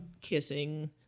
kissing